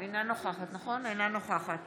אינה נוכחת